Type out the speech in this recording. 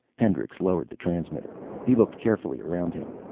hendricks lowered the transmitter. he looked carefully around him.